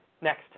next